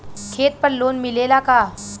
खेत पर लोन मिलेला का?